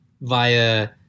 via